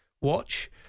Watch